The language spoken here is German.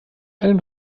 einen